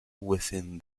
within